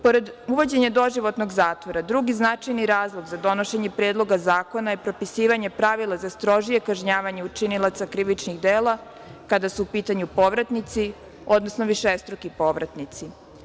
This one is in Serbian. Pored uvođenja doživotnog zatvora, drugi značajni razlog za donošenje Predloga zakona je propisivanje pravila za strožije kažnjavanje učinilaca krivičnih dela kada su u pitanju povratnici, odnosno višestruki povratnici.